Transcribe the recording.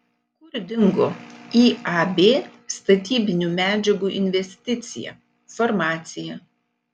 kur dingo iab statybinių medžiagų investicija farmacija